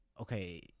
okay